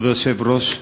כבוד היושב-ראש,